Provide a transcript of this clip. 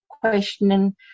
questioning